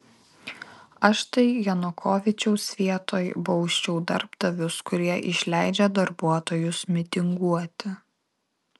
aš tai janukovyčiaus vietoj bausčiau darbdavius kurie išleidžia darbuotojus mitinguoti